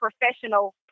professional